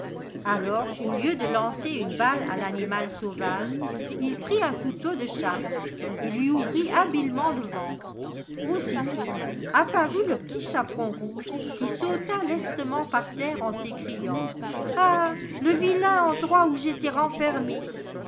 alors au lieu de lancer une balle à l'animal sauvage il prit un couteau de chasse et lui ouvrit habilement le ventre aussitôt apparut le petit chaperon rouge qui sauta lestement par terre en s'écriant ah le vilain endroit où j'étais renfermé